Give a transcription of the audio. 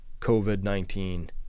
COVID-19